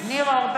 (קוראת בשם חבר הכנסת) ניר אורבך,